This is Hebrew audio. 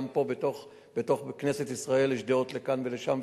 גם פה בתוך כנסת ישראל יש דעות לכאן ולכאן,